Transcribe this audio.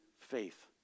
faith